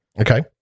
Okay